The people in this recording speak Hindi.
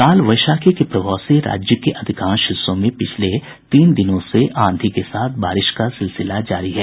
काल वैशाखी के प्रभाव से राज्य के अधिकांश हिस्सों में पिछले तीन दिनों से आंधी के साथ बारिश का सिलसिला जारी है